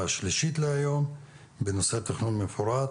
השלישית להיום של הוועדה בנושא תכנון מפורט.